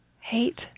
hate